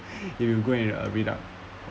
if you go and uh read up